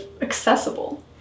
accessible